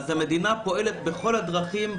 המדינה פועלת בכל הדרכים,